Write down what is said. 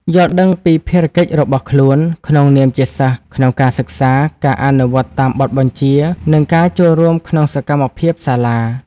យល់ដឹងពីភារកិច្ចរបស់ខ្លួន ក្នុងនាមជាសិស្សក្នុងការសិក្សា ការអនុវត្តតាមបទបញ្ជា និងការចូលរួមក្នុងសកម្មភាពសាលា។